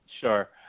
Sure